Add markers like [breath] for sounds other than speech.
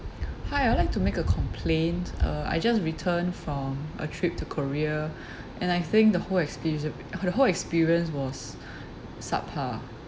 [breath] hi I'd like to make a complaint uh I just returned from a trip to korea [breath] and I think the whole experie~ the whole experience was [breath] subpar